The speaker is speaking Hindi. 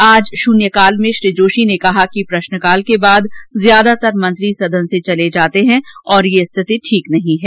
आज शन्यकाल में श्री जोशी ने कहा कि प्रश्नकाल के बाद ज्यादातर मंत्री सदन से चले जाते है और यह स्थिति ठीक नहीं है